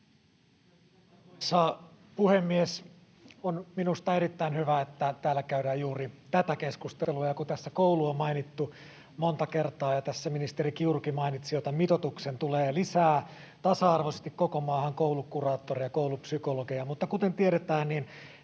puhemies! On minusta erittäin hyvä, että täällä käydään juuri tätä keskustelua. Tässä on koulu mainittu monta kertaa, ja tässä ministeri Kiurukin mainitsi jo tämän mitoituksen — tulee lisää tasa-arvoisesti koko maahan koulukuraattoreja ja koulupsykologeja — mutta kuten tiedetään,